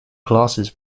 classes